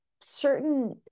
certain